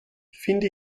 finde